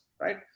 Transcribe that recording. right